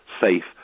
safe